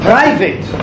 Private